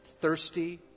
Thirsty